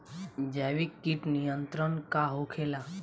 जैविक कीट नियंत्रण का होखेला?